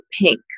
pink